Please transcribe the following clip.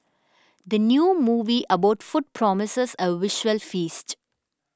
the new movie about food promises a visual feast